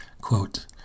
Quote